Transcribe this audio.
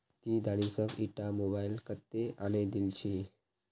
ती दानिशक ईटा मोबाइल कत्तेत आने दिल छि